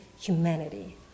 humanity